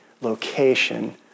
location